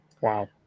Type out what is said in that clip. Wow